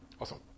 awesome